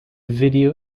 video